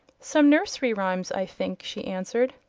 some nursery rhymes, i think, she answered.